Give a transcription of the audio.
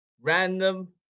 random